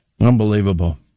unbelievable